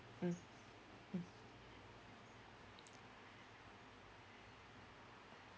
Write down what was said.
mm mm